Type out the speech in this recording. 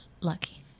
lucky